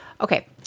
Okay